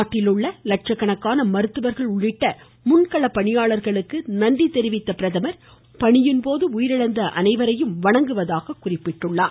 நாட்டில் உள்ள லட்சக்கணக்கான மருத்துவர்கள் உள்ளிட்ட முன்கள பணியாளர்களுக்கு நன்றி தெரிவித்த பிரதமர் பணியின் போது உயிரிழந்த அனைவரையும் வணங்குவதாக குறிப்பிட்டார்